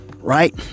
right